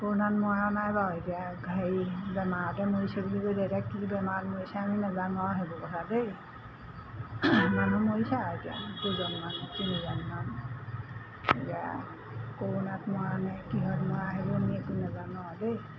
কৰোনাত মৰা নাই বাৰু এতিয়া হেৰি বেমাৰতে মৰিছে বুলি কৈছে এতিয়া কি বেমাৰত মৰিছে আমি নাজানো আৰু সেইবোৰ কথা দেই মানুহ মৰিছে আৰু এতিয়া দুজনমান তিনিজনমান এতিয়া কৰোনাত মৰানে কিহত মৰা সেইবোৰ আমি একো নাজানো আৰু দেই